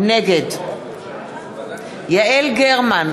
נגד יעל גרמן,